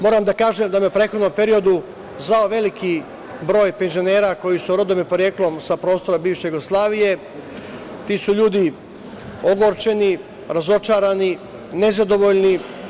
Moram da kažem da me je u prethodnom periodu zvao veliki broj penzionera koji su rodom i poreklom sa prostora bivše Jugoslavije, ti su ljudi ogorčeni, razočarani, nezadovoljni.